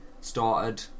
started